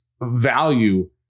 value